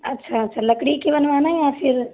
अच्छा अच्छा लकड़ी की बनवाना है या फ़िर